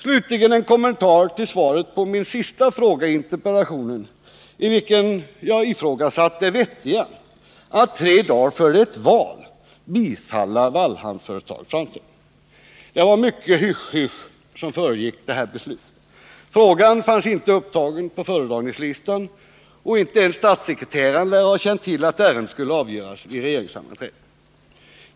Slutligen en kommentar till svaret på min sista fråga i interpellationen, i vilken jag ifrågasatt det vettiga i att tre dagar före ett val bifalla Vallhamnsföretagets framställning. Det var mycket hysch-hysch som föregick beslutet — frågan fanns inte upptagen på föredragningslistan, och inte ens statssekreteraren lär ha känt till att ärendet skulle avgöras vid regeringssammanträdet.